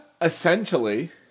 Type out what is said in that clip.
essentially